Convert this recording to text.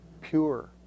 pure